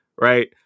right